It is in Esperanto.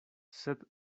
sed